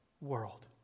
world